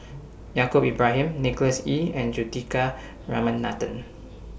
Yaacob Ibrahim Nicholas Ee and Juthika Ramanathan